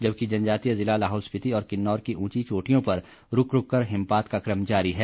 जबकि जनजातीय जिला लाहौल स्पीति और किन्नौर की ऊची चोटियों पर रूक रूककर हिमपात का कम जारी है